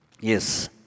Yes